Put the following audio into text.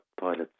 pilots